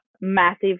massive